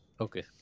Okay